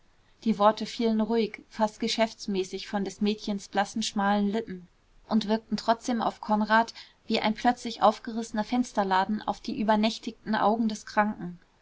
die worte fielen ruhig fast geschäftsmäßig von des mädchens blassen schmalen lippen und wirkten trotzdem auf konrad wie ein plötzlich aufgerissener fensterladen auf die übernächtigen augen des kranken